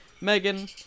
Megan